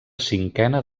cinquena